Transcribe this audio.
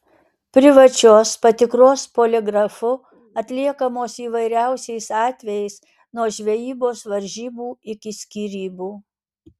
privačios patikros poligrafu atliekamos įvairiausiais atvejais nuo žvejybos varžybų iki skyrybų